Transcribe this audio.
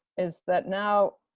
is that now,